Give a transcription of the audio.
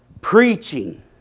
Preaching